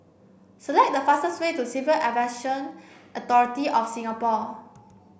select the fastest way to Civil Aviation Authority of Singapore